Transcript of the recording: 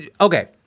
okay